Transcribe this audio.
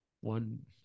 one